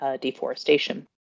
deforestation